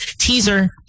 Teaser